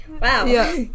Wow